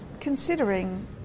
considering